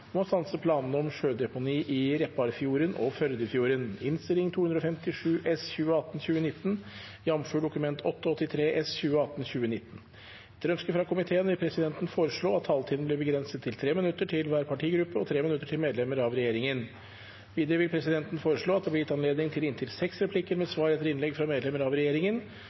om ordet til sak nr. 8. Etter ønske fra energi- og miljøkomiteen vil presidenten foreslå at taletiden blir begrenset til 3 minutter til hver partigruppe og 3 minutter til medlemmer av regjeringen. Videre vil presidenten foreslå at det blir gitt anledning til inntil seks replikker med svar etter innlegg fra medlemmer av regjeringen,